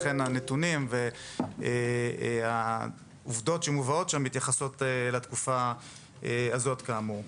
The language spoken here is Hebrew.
לכן הנתונים והעובדות שמובאים שם מתייחסים לתקופה הזאת כאמור.